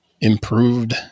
improved